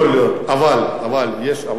אבל, יש "אבל" אחד גדול: